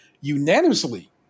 unanimously